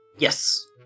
Yes